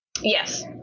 Yes